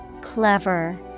Clever